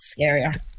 scarier